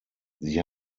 sie